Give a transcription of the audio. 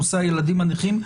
נושא הילדים הנכים,